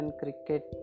cricket